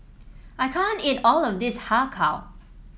I can't eat all of this Har Kow